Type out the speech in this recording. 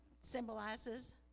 symbolizes